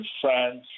France